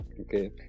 Okay